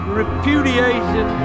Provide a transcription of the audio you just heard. repudiation